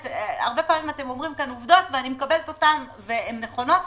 הרבה פעמים אתם אומרים עובדות ואני מקבלת אותן והן נכונות.